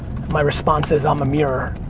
my response is i'm a mirror.